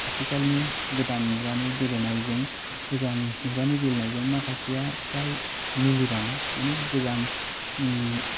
आथिखालनि गोदान मुगानि गेलेनायजों गोजाम मुगानि गेलेनायजों माखासेया फ्राय गोरोबा माने गोजाम